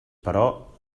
però